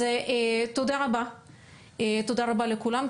תודה רבה לכולם.